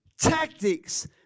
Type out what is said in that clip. tactics